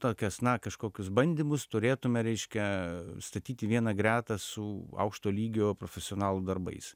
tokias na kažkokius bandymus turėtume reiškia statyti į vieną gretą su aukšto lygio profesionalų darbais